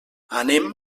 anem